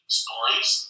stories